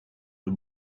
the